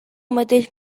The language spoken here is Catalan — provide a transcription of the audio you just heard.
mateix